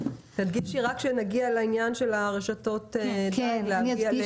תדגישי רק כשנגיע לעניין של רשתות הדייג,